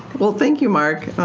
well thank you mark.